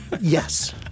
yes